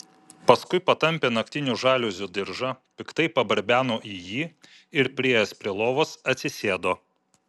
paskui patampė naktinių žaliuzių diržą piktai pabarbeno į jį ir priėjęs prie lovos atsisėdo